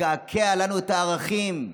לקעקע לנו את הערכים,